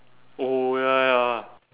oh ya ya ya